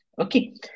Okay